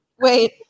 wait